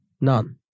None